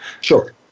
Sure